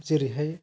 जेरैहाय